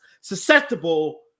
susceptible